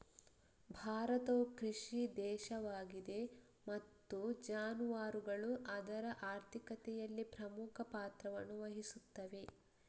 ಭಾರತವು ಕೃಷಿ ದೇಶವಾಗಿದೆ ಮತ್ತು ಜಾನುವಾರುಗಳು ಅದರ ಆರ್ಥಿಕತೆಯಲ್ಲಿ ಪ್ರಮುಖ ಪಾತ್ರವನ್ನು ವಹಿಸುತ್ತವೆ